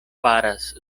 faras